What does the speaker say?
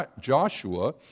Joshua